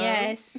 Yes